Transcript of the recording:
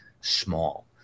small